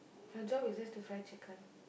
her job is just to fry chicken